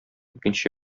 икенче